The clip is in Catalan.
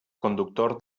conductor